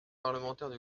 parlementaires